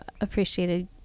appreciated